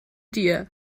dir